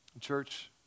Church